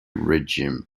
regime